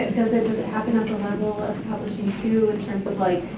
does it just happen at the level of publishing, too, in terms of like,